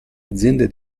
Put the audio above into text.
aziende